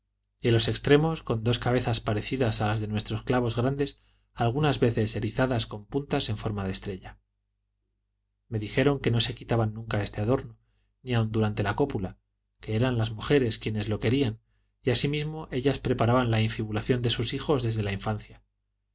los extremos con dos cabezas parecidas a las de nuestros clavos grandes algunas veces erizadas con puntas en forma de estrella me dijeron que no se quitaban nunca este adorno ni aun durante la cópula que eran las mujeres quienes lo querían y asimismo ellas preparaban la infibulación de sus hijos desde la infancia